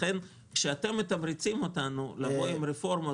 לכן כשאתם מתמרצים אותנו לבוא עם רפורמות